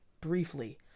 briefly